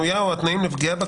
כנראה אחד מאיתנו שתה משהו.